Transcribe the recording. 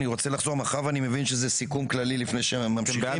מאחר ואני מבין שזה סיכום כללי לפני שממשיכים,